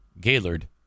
Gaylord